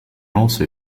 also